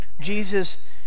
jesus